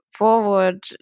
forward